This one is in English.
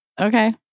Okay